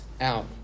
out